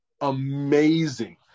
amazing